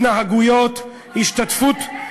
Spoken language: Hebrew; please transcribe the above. התנהגויות, השתתפות,